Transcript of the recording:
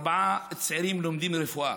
ארבעה צעירים לומדים רפואה.